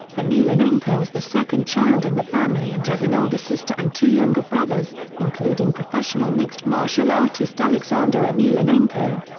emelianenko is the second child in the family and has an older sister and two younger brothers, including professional mixed martial artist alexander emelianenko.